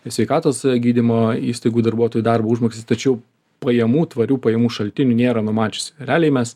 sveikatos gydymo įstaigų darbuotojų darbo užmokestį tačiau pajamų tvarių pajamų šaltinių nėra numačiusi realiai mes